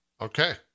Okay